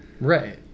Right